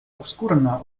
obskurna